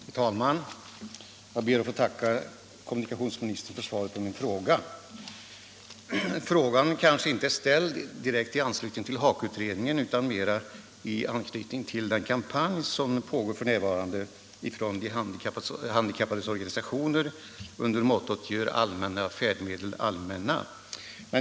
Herr talman! Jag ber att få tacka kommunikationsministern för svaret på min fråga. Frågan är väl inte ställd direkt i anslutning till HAKO-utredningen utan mera i anslutning till den kampanj som pågår f. n. från de handikappades organisationer under mottot ”Gör allmänna färdmedel allmänna”.